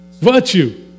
virtue